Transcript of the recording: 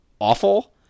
awful